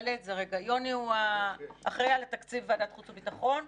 יוני הוא האחראי על התקציב בוועדת חוץ וביטחון.